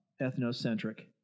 ethnocentric